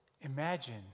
Imagine